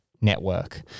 Network